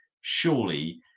surely